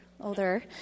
older